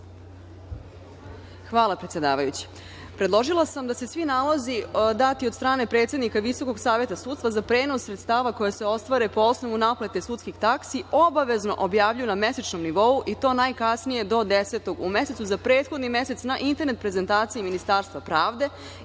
Hvala, predsedavajući. Predložila sam da se svi nalozi dati od strane predsednika Visokog saveta sudstva za prenos sredstava koja se ostvare po osnovu naplate sudskih taksi obavezno objavljuju na mesečnom nivou, i to najkasnije do 10 u mesecu za prethodni mesec, na internet prezentaciji Ministarstva pravde